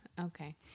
Okay